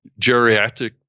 geriatric